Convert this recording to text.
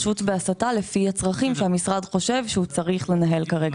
בהסטה לפי הצרכים שהמשרד חושב שהוא צריך לנהל כרגע.